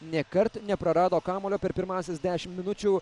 nėkart neprarado kamuolio per pirmąsias dešimt minučių